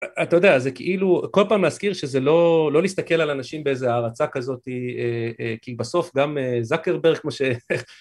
אתה יודע, זה כאילו, כל פעם להזכיר שזה לא, לא להסתכל על אנשים באיזה הערצה כזאתי, כי בסוף גם זקרברג, כמו ש...